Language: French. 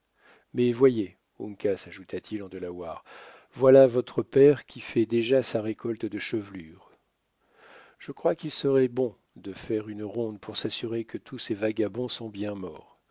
mais voyez uncas ajouta-t-il en delaware voilà votre père qui fait déjà sa récolte de chevelures je crois qu'il serait bon de faire une ronde pour s'assurer que tous ces vagabonds sont bien morts